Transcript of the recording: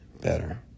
better